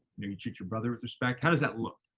maybe treat your brother with respect. how does that look,